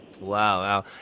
Wow